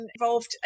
involved